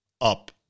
up